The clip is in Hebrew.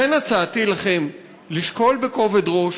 לכן, הצעתי לכם, לשקול בכובד ראש,